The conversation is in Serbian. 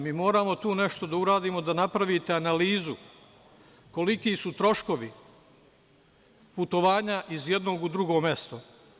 Mi moramo tu nešto da uradimo, da napravite analizu koliki su troškovi putovanja iz jedno u drugo mesto.